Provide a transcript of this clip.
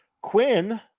Quinn